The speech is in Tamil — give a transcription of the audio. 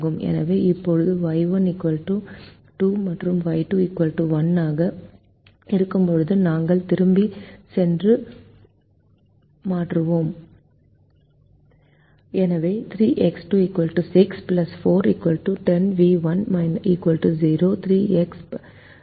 எனவே இப்போது Y1 2 மற்றும் Y2 1 ஆக இருக்கும்போது நாங்கள் திரும்பிச் சென்று மாற்றுகிறோம்